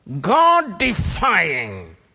God-defying